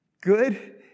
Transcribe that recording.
good